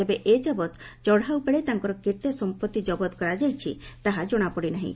ତେବେ ଏଯାବତ୍ ଚଢ଼ଉ ବେଳେ ତାଙ୍କର କେତେ ସମ୍ମଉି ଜବତ କରାଯାଇଛି ତାହା ଜଶାପଡ଼ି ନାହିଁ